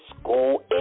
school